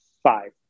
Five